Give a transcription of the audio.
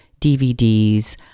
DVDs